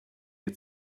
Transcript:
had